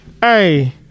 hey